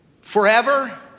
forever